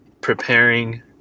preparing